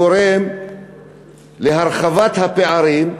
גורם להרחבת הפערים?